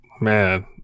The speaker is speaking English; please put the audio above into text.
man